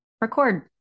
record